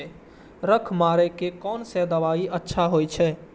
खर मारे के कोन से दवाई अच्छा होय छे?